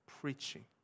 preaching